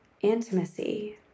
Intimacy